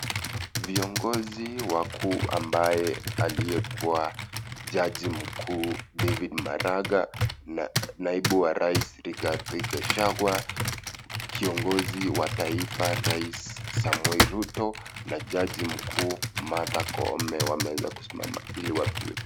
Viongozi wakuu ambaye aliyekuwa jaji mkuu, David Maraga na naibu wa rais, Rigathi Gachagua, kiongozi wa taifa rais Samoei Ruto na jaji mkuu, Martha Koome, wameweza kusimama ili wapigwe picha.